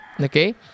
Okay